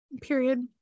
period